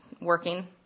working